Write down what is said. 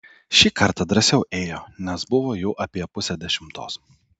šį kartą drąsiau ėjo nes buvo jau apie pusė dešimtos